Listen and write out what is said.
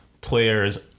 players